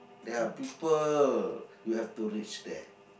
there are people you have to reach there